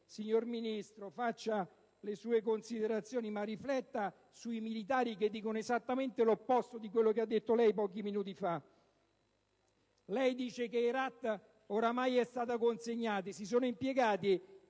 Signor Ministro, faccia le sue considerazioni, ma rifletta sui militari che dicono esattamente l'opposto di quanto ha comunicato lei pochi minuti fa. Lei dice che Herat è stata ormai consegnata e si sono impiegati